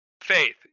faith